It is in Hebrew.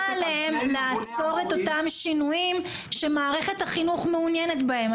עליהם לעצור את השינויים שמערכת החינוך מעוניינת בהם,